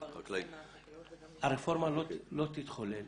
הרפורמה לא תתחולל